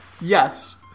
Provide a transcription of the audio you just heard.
Yes